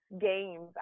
games